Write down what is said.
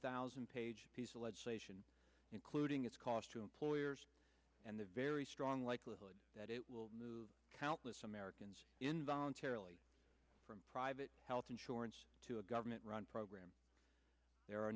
thousand page piece of legislation including its cost to employers and the very strong likelihood that it will move countless americans in voluntarily from private health insurance to a government run program there are a